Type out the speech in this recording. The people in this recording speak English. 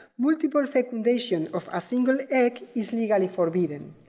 multiple fecundation of a single egg is legally forbidden.